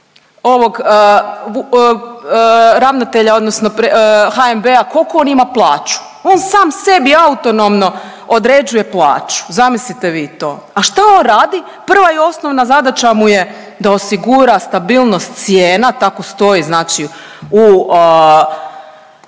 ovog ravnatelja odnosno pre…, HNB-a kolku on ima plaću. On sam sebi autonomno određuje plaću, zamislite vi to. A šta on radi? Prva i osnovna zadaća mu je da osigura stabilnost cijena, tako stoji znači u